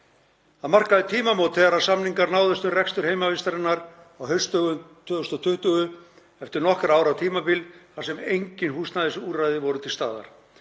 Það markaði tímamót þegar samningar náðust um rekstur heimavistarinnar á haustdögum 2020 eftir nokkurra ára tímabil þar sem engin húsnæðisúrræði voru til staðar.